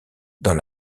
dans